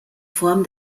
form